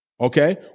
Okay